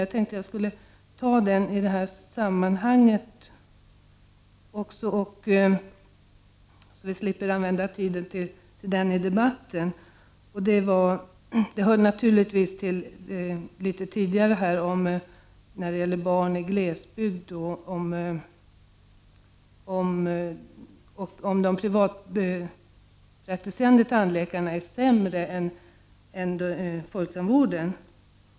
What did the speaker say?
Jag tänkte att jag skulle ta upp den i det här sammanhanget, så att vi slipper ta en vända till. Det hör ihop med frågan om barn i glesbygd och frågan om de privatpraktiserande tandläkarna är sämre än folktandvården.